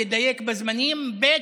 לדייק בזמנים, ב.